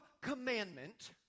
commandment